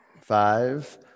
five